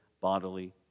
bodily